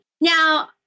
Now